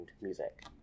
music